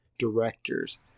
directors